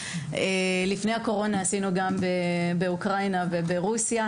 לפני הקורונה עשינו גם ברוסיה ואוקראינה.